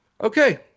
Okay